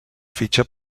fitxa